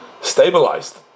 stabilized